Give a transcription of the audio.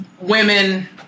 women